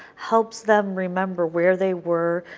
helps them remember where they were,